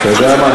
אתה יודע מה,